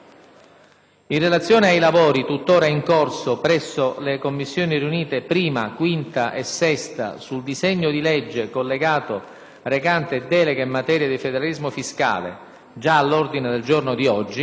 In relazione ai lavori tuttora in corso presso le Commissioni riunite la, 5a e 6a sul disegno di legge collegato recante delega al Governo in materia di federalismo fiscale - già all'ordine del giorno di oggi